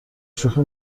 شوخی